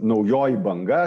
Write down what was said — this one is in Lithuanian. naujoji banga